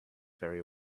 very